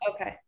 okay